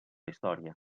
història